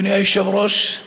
אדוני היושב-ראש,